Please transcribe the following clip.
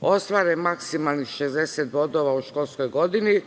ostvare maksimalnih 60 bodova u školskoj godini,